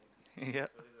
yup